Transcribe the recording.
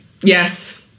Yes